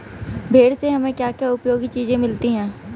भेड़ से हमें क्या क्या उपयोगी चीजें मिलती हैं?